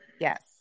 Yes